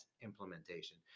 implementation